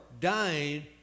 dying